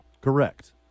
Correct